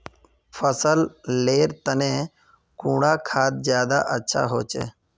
फसल लेर तने कुंडा खाद ज्यादा अच्छा होचे?